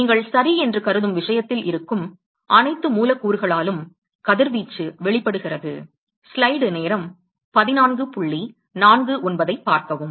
நீங்கள் சரி என்று கருதும் விஷயத்தில் இருக்கும் அனைத்து மூலக்கூறுகளாலும் கதிர்வீச்சு வெளிப்படுகிறது